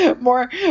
More